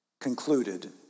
concluded